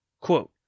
quote